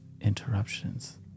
interruptions